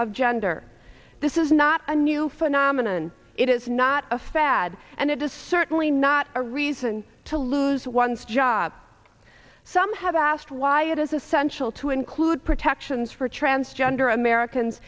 of gender this is not a new phenomenon it is not a fad and it is certainly not a reason to lose one's job some have asked why it is essential to in good protections for transgender americans